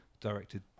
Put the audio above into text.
directed